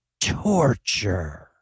torture